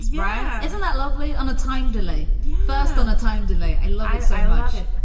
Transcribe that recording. right. isn't that lovely. on a time delay first. on a time delay. i like so ah i it